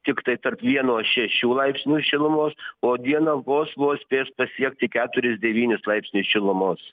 tiktai tarp vieno šešių laipsnių šilumos o dieną vos vos spės pasiekti keturis devunis laipsnius šilumos